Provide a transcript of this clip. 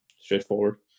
straightforward